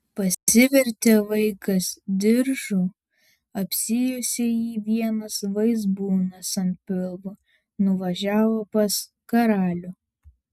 pasivertė vaikas diržu apsijuosė jį vienas vaizbūnas ant pilvo nuvažiavo pas karalių